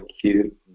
cute